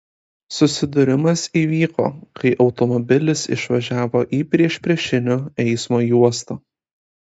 susidūrimas įvyko kai automobilis išvažiavo į priešpriešinio eismo juostą